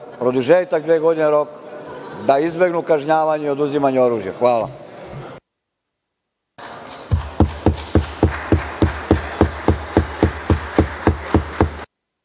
produžetak od dve godine da izbegnu kažnjavanje i oduzimanje oružja. Hvala